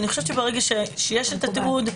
אני חושבת שברגע שיש את התיעוד,